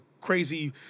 crazy